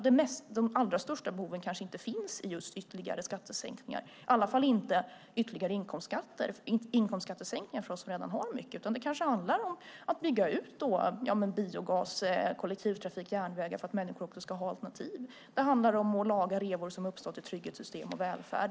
De allra största behoven kanske inte finns i ytterligare skattesänkningar och i varje fall inte ytterligare inkomstskattesänkningar för dem som redan har mycket. Det kanske handlar om att bygga ut biogas, kollektivtrafik och järnvägar för att människor ska ha alternativ. Det handlar om att laga revor som har uppstått i trygghetssystem och välfärd.